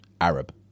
Arab